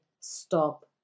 stop